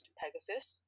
pegasus